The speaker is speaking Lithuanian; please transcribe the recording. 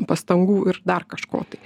pastangų ir dar kažko tai